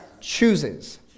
chooses